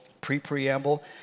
Pre-preamble